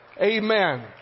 Amen